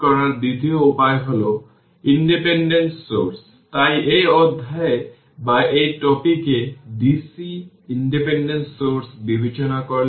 t 0 এ সঠিক initial condition v0 r আছে যাকে r v v0 বলে